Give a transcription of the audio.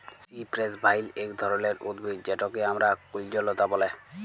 cypress vine ইক ধরলের উদ্ভিদ যেটকে আমরা কুল্জলতা ব্যলে